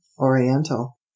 Oriental